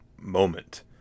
moment